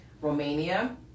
Romania